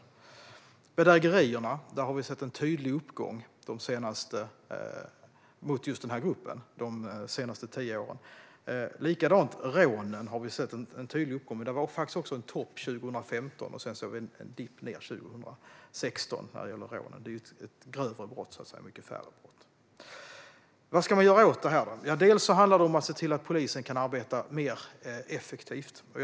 Bland bedrägerierna har vi sett en tydlig uppgång de senaste tio åren mot just denna grupp. Samma sak gäller rånen, där det finns en tydlig uppgång. Även för dem blev det en tydlig topp 2015, och sedan blev det en dipp ned 2016. De är mycket färre till antalet eftersom det är ett grövre brott. Vad ska man göra åt detta? Först och främst handlar det om att se till att polisen kan arbeta effektivare.